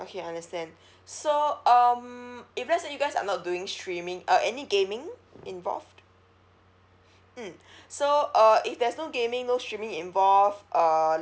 okay I understand so um if let's say you guys are not doing streaming uh any gaming involved mm so uh if there's no gaming no streaming uh